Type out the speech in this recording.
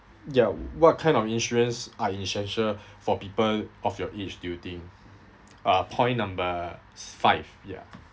ya what kind of insurance are essential for people of your age do you think uh point number five ya